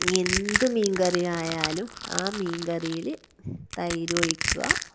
ഇനിയെന്ത് മീന്കറി ആയാലും ആ മീന്കറിയില് തൈരൊഴിക്കുക